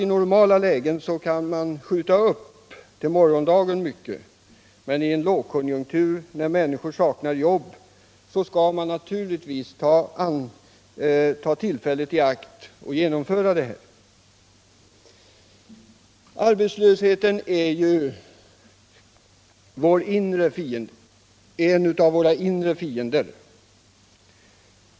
I normala lägen kan man skjuta upp mycket till morgondagen, men i en lågkonjunktur när människor saknar jobb skall vi naturligtvis ta tillfället i akt och genomföra sådana arbeten. Arbetslösheten är en av våra inre fiender.